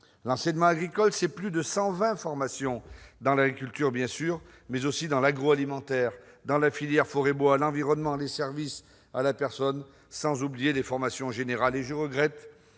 L'enseignement agricole, c'est plus de 120 formations dans l'agriculture, bien sûr, mais aussi dans l'agroalimentaire, la filière forêt-bois, l'environnement, les services à la personne, sans oublier les formations générales. Je vous le